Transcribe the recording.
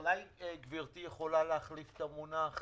אולי גברתי יכולה להחליף את המונח